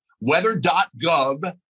weather.gov